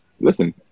listen